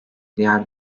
diğer